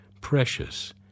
precious